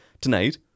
tonight